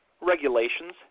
regulations